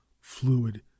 fluid